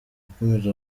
yakomeje